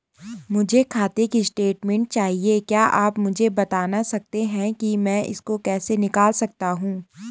मुझे खाते की स्टेटमेंट चाहिए क्या आप मुझे बताना सकते हैं कि मैं इसको कैसे निकाल सकता हूँ?